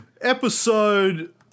Episode